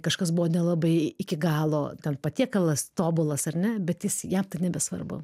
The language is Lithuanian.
kažkas buvo nelabai iki galo ten patiekalas tobulas ar ne bet jis jam tai nebesvarbu